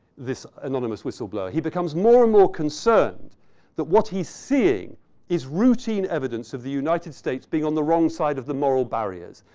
this anonymous whistle blower. he becomes more and more concerned that what he's seeing is routine evidence of the united states being on the wrong side of the moral barriers,